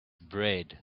bread